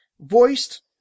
voiced